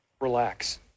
relax